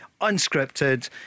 unscripted